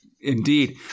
Indeed